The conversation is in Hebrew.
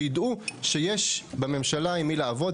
שידעו שיש בממשלה עם מי לעבוד.